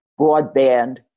broadband